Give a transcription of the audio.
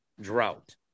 drought